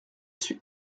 suis